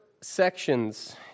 sections